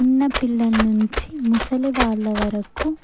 చిన్న పిల్లల నుంచి ముసలి వాళ్ళ వరకు